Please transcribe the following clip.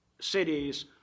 cities